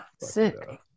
Sick